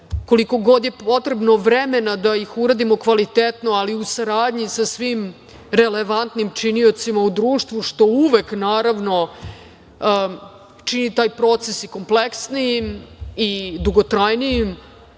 koliko god je potrebno vremena da ih uradimo kvalitetno, ali u saradnji sa svim relevantnim činiocima u društvu, što uvek naravno čini taj proces i kompleksijim i dugotrajnijim